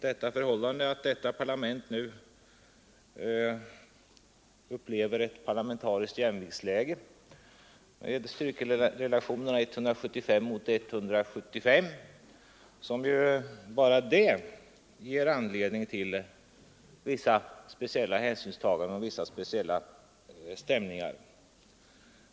Denna församling upplever ju nu ett parlamentariskt jämviktsläge med styrkerelationerna 175 mot 175, och bara det ger anledning till vissa speciella hänsynstaganden och skapar vissa speciella stämningar.